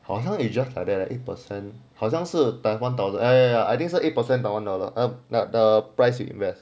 好像 it just like that like eight percent 好像是 taiwan dollar ah ya ya I think so eight percent taiwan dollar or the the price you invest